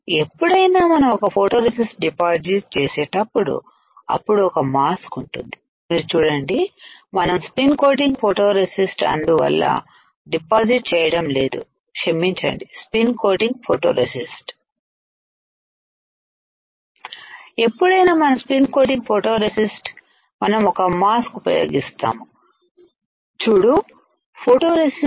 ఎప్పుడైనా మనం ఒక ఫోటో రెసిస్ట్ డిపాజిట్ చేసేటప్పుడు అప్పుడు ఒక మాస్క్ ఉంటుంది మీరు చూడండి మనం స్పిన్ కోటింగ్ ఫోటోరెసిస్ట్ అందువల్లడిపాజిట్ చేయడం లేదు క్షమించండి స్పిన్ కోటింగ్ ఫోటో రెసిస్ట్ ఎప్పుడైనా మనం స్పిన్ కోటింగ్ ఫోటోరెసిస్ట్ మనం ఒక మాస్క్ ఉపయోగిస్తాము చూడు ఫోటో రెసిస్ట్